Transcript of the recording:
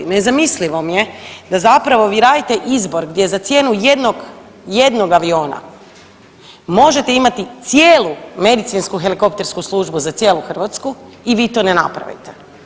Nezamislivo mi je da zapravo vi radite izbor gdje za cijenu jednog, jednog aviona možete imati cijelu Medicinsku helikoptersku službu za cijelu Hrvatsku i vi to ne napravite.